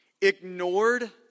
ignored